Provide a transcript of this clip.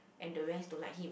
and the rest don't like him